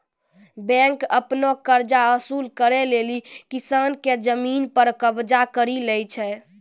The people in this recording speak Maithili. बेंक आपनो कर्जा वसुल करै लेली किसान के जमिन पर कबजा करि लै छै